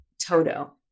Toto